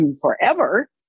forever